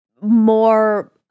more